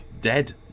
dead